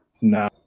No